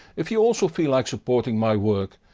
if you also feel like supporting my work,